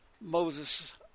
Moses